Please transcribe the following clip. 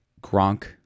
Gronk